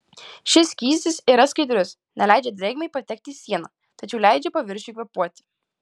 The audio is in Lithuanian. šis skystis yra skaidrus neleidžia drėgmei patekti į sieną tačiau leidžia paviršiui kvėpuoti